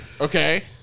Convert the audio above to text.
Okay